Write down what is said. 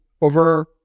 over